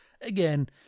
again